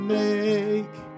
make